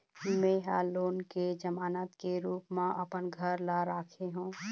में ह लोन के जमानत के रूप म अपन घर ला राखे हों